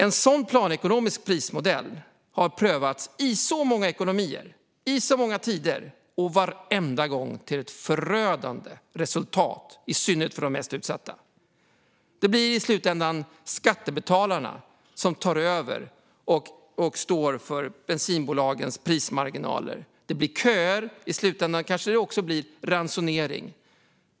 En sådan planekonomisk prismodell har prövats i många ekonomier och i många tider, varenda gång med ett förödande resultat, i synnerhet för de mest utsatta. Det blir i slutändan skattebetalarna som tar över och står för bensinbolagens prismarginaler. Det blir köer. I slutändan kanske det också blir ransonering.